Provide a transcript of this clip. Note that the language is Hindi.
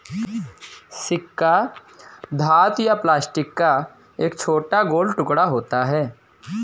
सिक्का धातु या प्लास्टिक का एक छोटा गोल टुकड़ा होता है